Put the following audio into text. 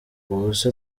ubuse